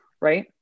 right